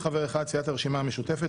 בוועדה יכהנו 15 חברי כנסת על פי ההרכב הבא: